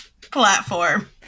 platform